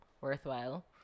worthwhile